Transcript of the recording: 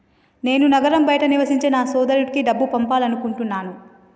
నేను నగరం బయట నివసించే నా సోదరుడికి డబ్బు పంపాలనుకుంటున్నా